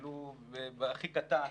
ולו הכי קטן,